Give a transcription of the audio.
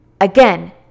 Again